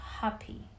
happy